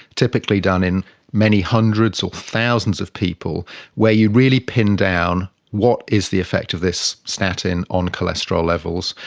typically done in many hundreds or thousands of people where you really pin down what is the effect of this statin on cholesterol levels,